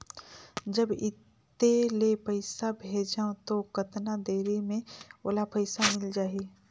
जब इत्ते ले पइसा भेजवं तो कतना देरी मे ओला पइसा मिल जाही?